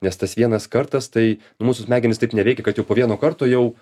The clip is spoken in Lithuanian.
nes tas vienas kartas tai mūsų smegenys taip neveikia kad jau po vieno karto jau